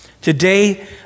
Today